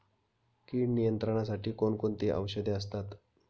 कीड नियंत्रणासाठी कोण कोणती औषधे असतात?